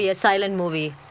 yeah silent movie